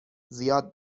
زیاد